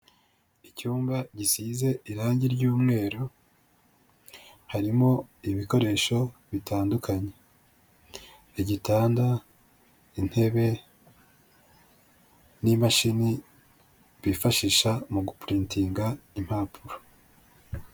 Icyumba gisize irangi ry'umweru, harimo ibikoresho bitandukanye, igitanda, intebe, n'imashini bifashisha mu gupuritinga impapuro.